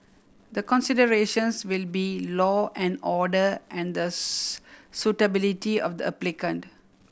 the considerations will be law and order and the suitability of the applicant